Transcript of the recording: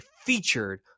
featured